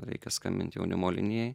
reikia skambint jaunimo linijai